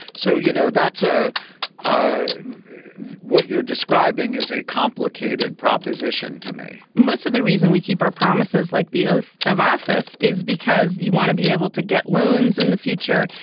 so, you know, that's ah ah what you're describing is a complicated proposition to me most of the reason we keep our promises like the oath of office is because you want to be able to get loans in the future.